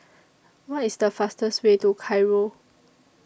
What IS The fastest Way to Cairo